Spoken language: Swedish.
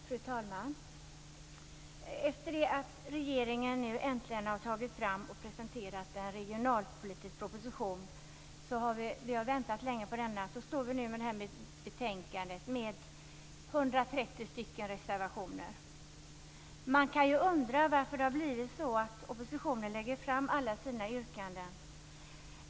Fru talman! Efter det att regeringen nu äntligen har presenterat en regionalpolitisk proposition, som vi länge har väntat på, har vi fått ett betänkande till vilket det har fogats 130 reservationer. Man kan undra varför det har blivit så att oppositionen på detta sätt lägger fram alla sina yrkanden.